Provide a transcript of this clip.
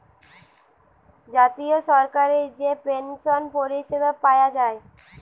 জাতীয় সরকারি যে পেনসন পরিষেবা পায়া যায়